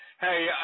Hey